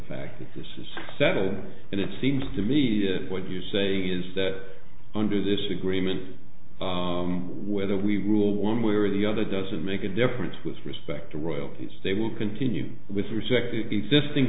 fact that this is seven years and it seems to me that what you're saying is that under this agreement whether we rule one way or the other doesn't make a difference with respect to royalties they will continue with respect to exist